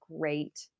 great